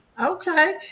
Okay